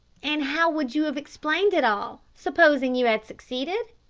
and how would you have explained it all, supposing you had succeeded?